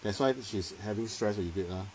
that's why she's having stress with it lah